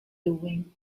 doing